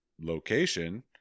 location